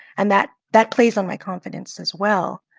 and that that plays on my confidence as well.